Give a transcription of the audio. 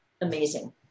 amazing